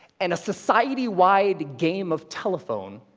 and a society-wide game of telephone